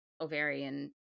ovarian